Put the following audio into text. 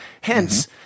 Hence